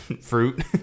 fruit